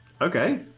Okay